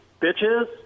bitches